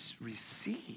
receive